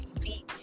feet